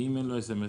ואם אין לו סמס?